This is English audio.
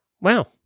Wow